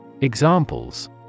Examples